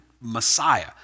Messiah